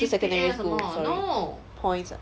是 secondary school sorry points ah